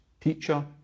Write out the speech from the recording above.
teacher